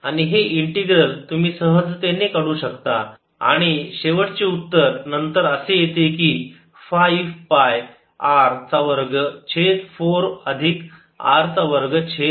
आणि हे इंटीग्रल तुम्ही सहजतेने करू शकता आणि शेवटचे उत्तर नंतर असे येते की 5 पाय R चा वर्ग छेद 4 अधिक R चा वर्ग छेद 2